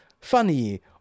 funny